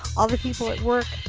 all the people at work,